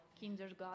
kindergarten